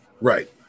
Right